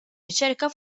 riċerka